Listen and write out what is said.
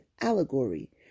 allegory